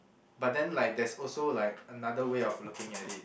but then like there's also like another way of looking at it